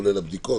כולל הבדיקות.